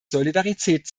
solidarität